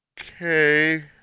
Okay